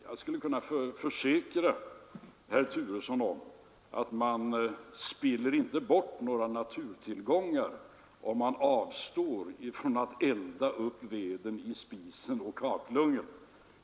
Jag skulle kunna försäkra herr Turesson om att man inte spiller bort några naturtillgångar om man avstår från att elda upp veden i spisen och kakelugnen.